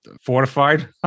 fortified